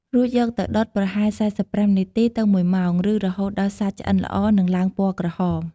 រួចយកទៅដុតប្រហែល ៤៥ នាទីទៅ ១ ម៉ោង ឬរហូតដល់សាច់ឆ្អិនល្អ និងឡើងពណ៌ក្រហម។